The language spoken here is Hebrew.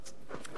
אדוני היושב-ראש,